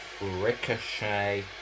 Ricochet